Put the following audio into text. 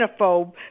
xenophobe